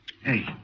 Hey